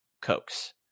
Cokes